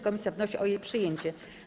Komisja wnosi o jej przyjęcie.